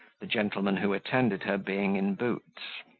the gentleman who attended her being in boots.